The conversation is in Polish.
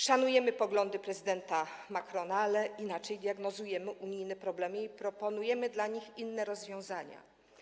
Szanujemy poglądy prezydenta Macrona, ale inaczej diagnozujemy unijne problemy i proponujemy w ich przypadku inne rozwiązania.